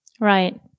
right